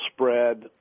spread